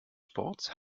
sports